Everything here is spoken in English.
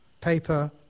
paper